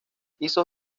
hizo